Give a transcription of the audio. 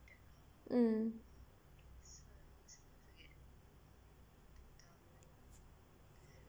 mm